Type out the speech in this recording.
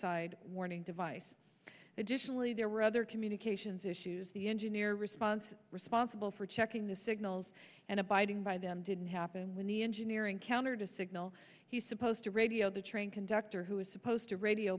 side warning device additionally there were other communications issues the engineer response responsible for checking the signals and abiding by them didn't happen when the engineering counter to signal he's supposed to radio the train conductor who is supposed to radio